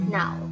now